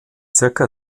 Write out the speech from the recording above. circa